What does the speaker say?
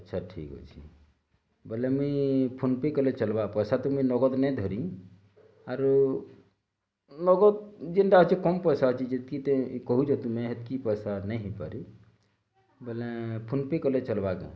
ଆଛା ଠିକ୍ ଅଛି ବୋଲେ ମୁଇଁ ଫୋନ୍ପେ କଲେ ଚଲ୍ବା ପଇସା ତ ମୁଇଁ ନଗଦ୍ ନେଇ ଧରି ଆରୁ ନଗଦ୍ ଯେନ୍ତା ଅଛି କମ୍ ପଇସା ଅଛି ଯେତ୍କି ତୁଇ କହୁଚ ତୁମେ ହେତ୍କି ପଇସା ନାଇଁ ହୋଇପାରି ବୋଲେଁ ଫୋନ୍ପେ କଲେ ଚଲ୍ବା କାଁ